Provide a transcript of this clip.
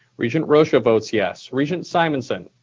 regent rosha votes yes. regent simonson?